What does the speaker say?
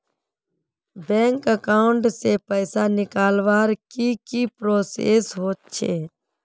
Bank account से पैसा निकालवर की की प्रोसेस होचे?